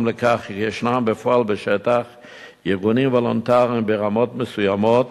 לכך שארגונים וולונטריים ברמות מסוימות